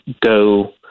go